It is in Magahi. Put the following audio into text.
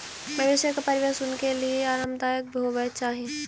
मवेशियों का परिवेश उनके लिए आरामदायक होवे चाही